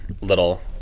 little